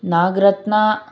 Nagaratna